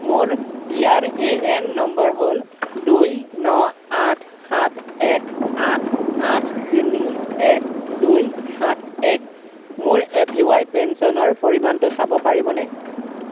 মোৰ P R A N number হ'ল দুই ন আঠ সাত এক আঠ আঠ তিনি এক দুই সাত এক মোৰ এ পি ৱাই পেঞ্চনৰ পৰিমাণটো চাব পাৰিবনে